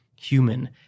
human